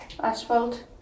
Asphalt